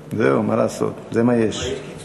זהו, מה לעשות, זה מה יש.